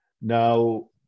Now